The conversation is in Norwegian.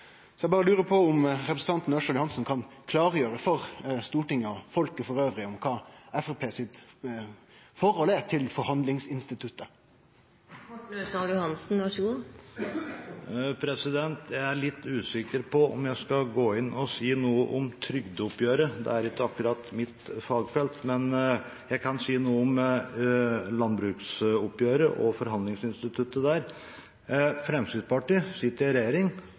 Så eg berre lurar på om representanten Ørsal Johansen kan klargjere for Stortinget og folket elles kva som er Framstegspartiets forhold til forhandlingsinstituttet. Jeg er litt usikker på om jeg skal gå inn og si noe om trygdeoppgjøret. Det er ikke akkurat mitt fagfelt, men jeg kan si noe om landbruksoppgjøret og forhandlingsinstituttet der. Fremskrittspartiet sitter i en regjering